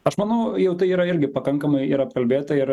aš manau jau tai yra irgi pakankamai ir apkalbėta ir